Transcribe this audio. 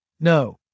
No